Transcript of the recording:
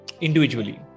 individually